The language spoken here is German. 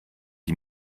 die